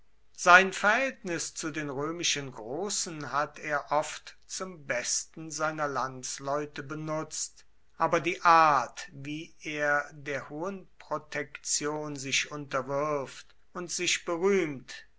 sein verhältnis zu den römischen großen hat er oft zum besten seiner landsleute benutzt aber die art wie er der hohen protektion sich unterwirft und sich berühmt